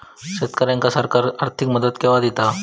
शेतकऱ्यांका सरकार आर्थिक मदत केवा दिता?